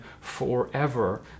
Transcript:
forever